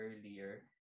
earlier